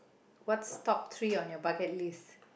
what's top three on your bucket list